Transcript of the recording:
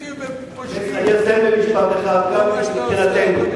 ליסטים ופושעים, זה מה שאתה עושה, מטיף מוסר.